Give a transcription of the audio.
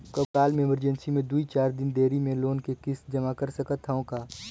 कभू काल इमरजेंसी मे दुई चार दिन देरी मे लोन के किस्त जमा कर सकत हवं का?